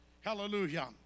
Hallelujah